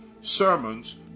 sermons